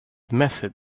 method